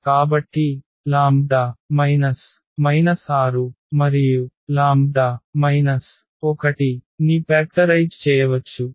కాబట్టి λ 6 మరియు λ 1 ని కారకంగా చేయవచ్చు